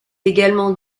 également